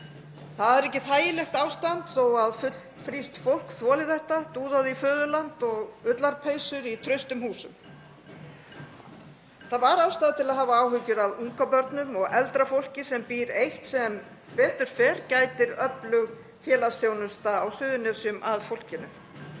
Það er ekki þægilegt ástand þó að fullfrískt fólk þoli þetta, dúðað í föðurland og ullarpeysu í traustum húsum. Það var ástæða til að hafa áhyggjur af ungbörnum og eldra fólki sem býr eitt, en sem betur fer gætir öflug félagsþjónusta á Suðurnesjum að fólkinu.